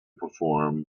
perform